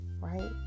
right